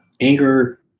anger